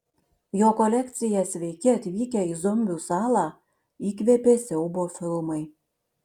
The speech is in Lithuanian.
jo kolekciją sveiki atvykę į zombių salą įkvėpė siaubo filmai